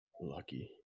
Lucky